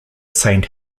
saint